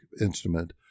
instrument